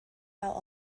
out